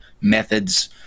methods